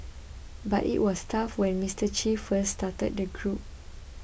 but it was tough when Mister Che first started the group